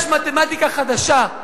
יש מתמטיקה חדשה,